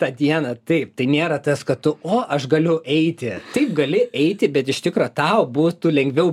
tą dieną taip tai nėra tas kad tu o aš galiu eiti taip gali eiti bet iš tikro tau būtų lengviau